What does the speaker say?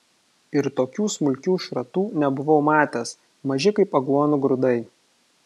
ir tokių smulkių šratų nebuvau matęs maži kaip aguonų grūdai